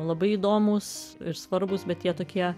labai įdomūs ir svarbūs bet jie tokie